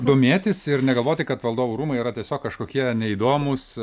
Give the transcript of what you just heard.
domėtis ir negalvoti kad valdovų rūmai yra tiesiog kažkokie neįdomūs